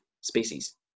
species